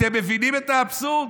אתם מבינים את האבסורד?